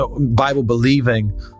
Bible-believing